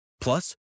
Plus